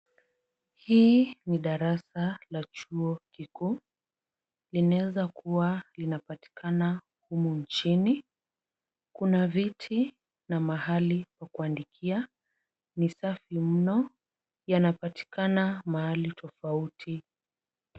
Hii ni darasa la chuo kikuu, linaeza kuwa linapatikana humu nchini. Kuna viti na mahali pa kuandikia, ni safi mno yanapatikana mahali tofauti.